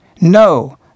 No